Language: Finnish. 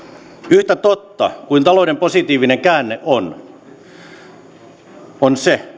yhtä totta kuin talouden positiivinen käänne on se